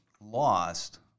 lost